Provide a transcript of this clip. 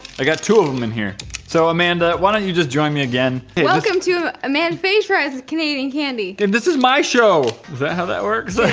i got two of them in here so amanda why don't you just join me again welcome to a man's favorite canadian candy, and this is my show how that works?